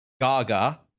Gaga